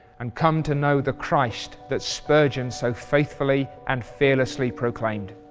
and come to know the christ that spurgeon so faithfully and fearlessly proclaimed.